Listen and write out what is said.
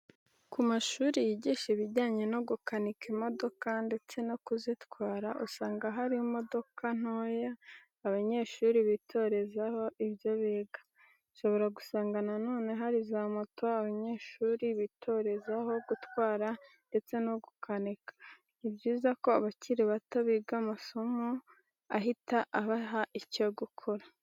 Ku mashuri yigisha ibijyanye no gukanika imodoka ndetse no kuzitwara usanga hari imodoka ntoya abanyeshuri bitorezaho ibyo biga. Ushobora gusanga na none hari za moto abanyeshuri bitorezaho gutwara ndetse no gukanika. Ni byiza ko abakiri bato biga amasomo ahita abaha icyo gukora.